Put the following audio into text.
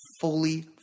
fully